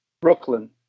Brooklyn